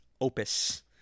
Opus